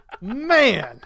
Man